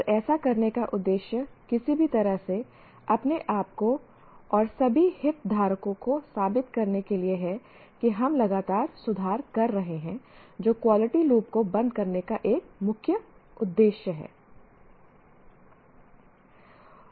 और ऐसा करने का उद्देश्य किसी भी तरह से अपने आप को और सभी हितधारकों को साबित करने के लिए है कि हम लगातार सुधार कर रहे हैं जो क्वालिटी लूप को बंद करने का एक मुख्य उद्देश्य है